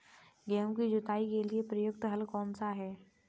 गेहूँ की जुताई के लिए प्रयुक्त हल कौनसा है?